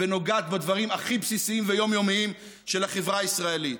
ונוגעת בדברים הכי בסיסיים ויומיומיים של החברה הישראלית.